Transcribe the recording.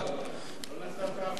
תודה רבה, אדוני.